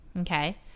Okay